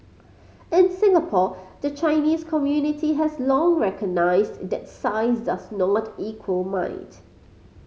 in Singapore the Chinese community has long recognised that size does not equal might